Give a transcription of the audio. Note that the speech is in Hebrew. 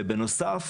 ובנוסף